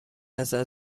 ازت